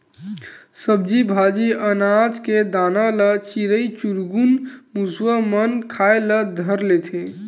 सब्जी भाजी, अनाज के दाना ल चिरई चिरगुन, मुसवा मन खाए ल धर लेथे